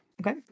Okay